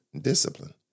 Discipline